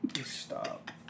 stop